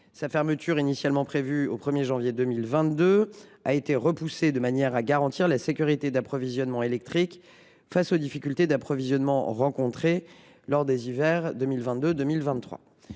Sa fermeture, initialement prévue le 1 janvier 2022, a été repoussée de manière à garantir la sécurité d’approvisionnement électrique face aux difficultés rencontrées durant les hivers 2022 et 2023.